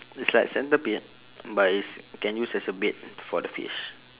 it's like centipede but it's can use as a bait for the fish